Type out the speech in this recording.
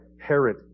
Herod